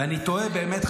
ואני תוהה באמת,